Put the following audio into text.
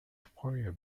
fire